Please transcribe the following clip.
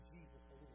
Jesus